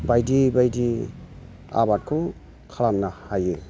बायदि बायदि आबादखौ खालामनो हायो